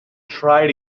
try